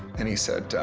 and he said,